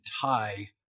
tie